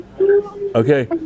Okay